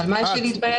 על מה יש לי להתבייש?